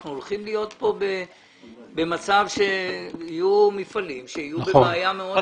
אנחנו הולכים להיות כאן במצב שיהיו מפעלים שיהיו בבעיה מאוד גדולה.